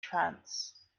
trance